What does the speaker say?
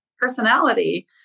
personality